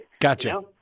Gotcha